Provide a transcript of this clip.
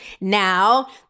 Now